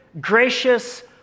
gracious